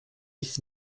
nicht